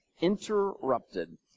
Interrupted